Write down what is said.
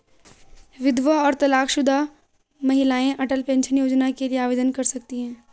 विधवा और तलाकशुदा महिलाएं अटल पेंशन योजना के लिए आवेदन कर सकती हैं